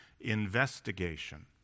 investigation